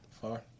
Far